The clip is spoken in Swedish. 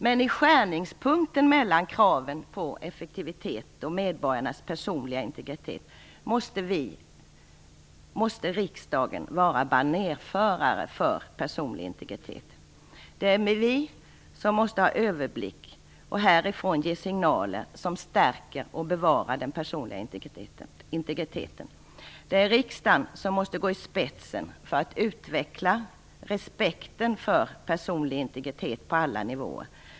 Men i skärningspunkten mellan kraven på effektivitet och medborgarnas personliga integritet måste riksdagen vara banerförare för den personliga integriteten. Det är vi som måste ha överblick och som härifrån skall ge signaler som stärker och bevarar den personliga integriteten. Det är riksdagen som måste gå i spetsen för att utveckla respekten för personlig integritet på alla nivåer.